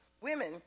Women